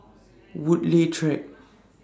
Woodleigh Track